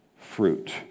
fruit